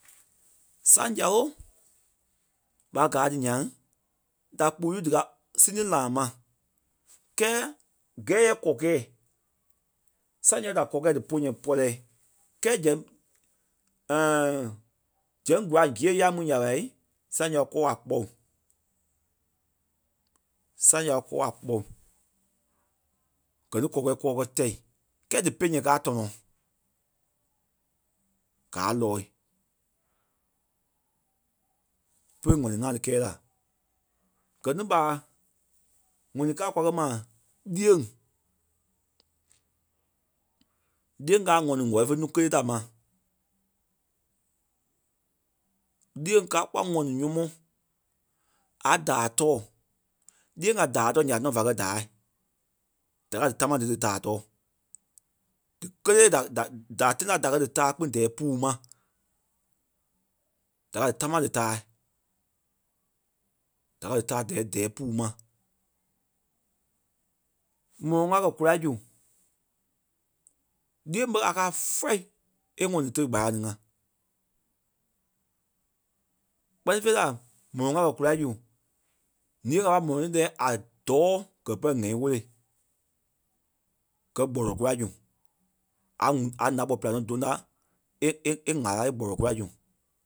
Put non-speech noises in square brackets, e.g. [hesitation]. Saŋ-saloo ɓa gaa ti nyaŋ da kpuu dí ka samething laa ma kɛɛ gɛɛ yɛ kɔkɛ̂ɛ. Saŋ nyɔŋ da kɔkɛ̂ɛ dí puyɔŋ pɔ̂lɛɛ kɛɛ zɛŋ [hesitation] zɛŋ kula gîe yá mu nya ɓa saŋ nyɔŋ kɔɔ a kpɔlu. Saŋ ya kɔɔ a kpɔlu. Gɛ ni kɔkɛ̂ɛ kɔɔ kɛ tɛi. Kɛɛ dí peyee káa tɔnɔ. Gaa lɔɔ̂i. Pere ŋ̀ɔnii ŋa tí kɛɛ la gɛ ní ɓaa ŋɔni káa kwa kɛ̀ ma lîyaŋ. Lîyaŋ káa a ŋɔni wɛli fé núu kélee ta ma. Lîyaŋ káa kpɔ́ a ŋɔni nyɔmɔɔ. A daai tɔɔ. Lîyaŋ a daai tɔɔ nyaa tɔnɔ va kɛ̀ daâi. Da kaa dí támaa dí dítaa tɔɔ. Díkelee da- da- da tina da kɛ̀ dí taa kpîŋ dɛɛ puu ma. Da kɛ̀ dí tamaa dí taai. Da ka dítaa diyɛ dɛɛ puu ma. Mɔlɔŋ a kɛ̀ kula zu, lîyaŋ ɓé a ka first e ŋɔni teli kpâlaŋ ti ŋa. Kpɛ́ni fêi la mɔlɔŋ a kɛ̀ kula zu ǹîyaŋ a pai mɔlɔŋ ti lɛɛ a dɔɔ gɛ́ pere ŋɛ́i woloi. Gɛ́ kpɔlu kula zu. A ŋuŋ a ǹá-gbɔ pîlaŋ nɔ dôŋ la e- e- e- ŋ̀ála e kpɔlɔ kula zu